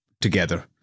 together